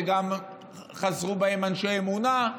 וגם חזרו בהם אנשי אמונה,